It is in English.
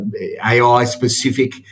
AI-specific